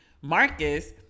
Marcus